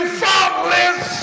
faultless